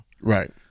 Right